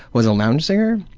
was a lounge singer,